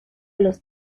los